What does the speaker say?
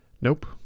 Nope